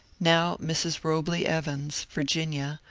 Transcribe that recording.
now mrs. robley evans, virginia,